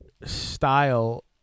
style